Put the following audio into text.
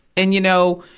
and, you know,